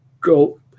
Go